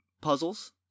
puzzles